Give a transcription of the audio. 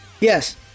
Yes